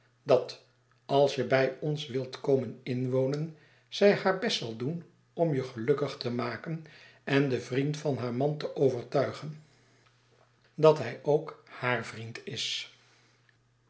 dat als je bij ons wilt komen inwonen zij haar best zal doen om je gelukkig te maken en den vriend van haar man te overtuigen dat hij ook haar vriend is